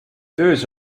töös